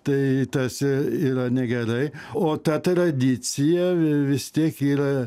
tai tarsi yra negerai o ta tradicija vis tiek yra